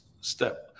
step